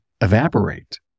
evaporate